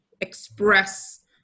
express